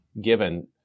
given